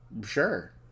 sure